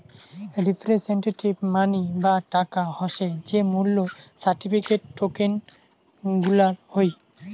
representative money বা টাকা হসে যে মূল্য সার্টিফিকেট, টোকেন গুলার হই